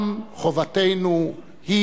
גם חובתנו היא"